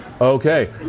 Okay